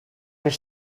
were